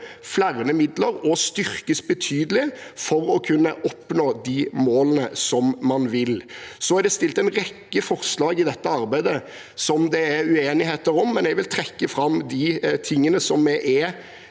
flere midler og styrkes betydelig for å kunne oppnå de målene man vil nå. Det er lagt fram en rekke forslag i dette arbeidet som det er uenigheter om, men jeg vil trekke fram at det er mange ting vi er